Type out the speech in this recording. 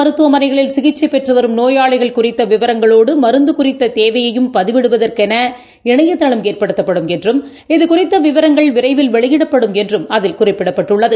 மருத்துவமனைகளில் சிகிச்சைபெற்றுவரும் நோயாளிகள் தனியார் குறித்தவிவரங்களோடுமருந்துகுறித்ததேவையையும் பதிவிடுவதற்குஎன இணையதளம் ஏற்படுத்தப்படும் என்றம் இதுகுறித்தவிவரங்கள் விரைவில் வெளியிடப்படும் என்றும் அதில் குறிப்பிபடப்பட்டுள்ளது